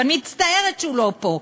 ואני מצטערת שהוא לא פה,